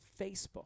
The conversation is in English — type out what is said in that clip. Facebook